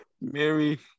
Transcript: Mary